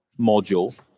module